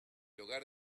hogar